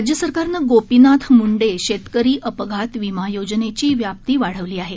राज्य सरकारने गोपीनाथ मुंडे शेतकरी अपघात विमा योजनेची व्याप्ती वाढवली आहे